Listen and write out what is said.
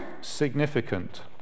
significant